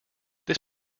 this